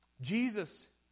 Jesus